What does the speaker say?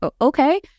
Okay